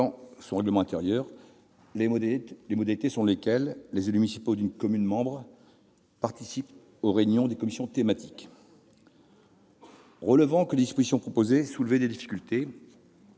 son règlement intérieur les modalités selon lesquelles les élus municipaux d'une commune membre participent aux réunions des commissions thématiques. Relevant que les dispositions présentées soulevaient des difficultés,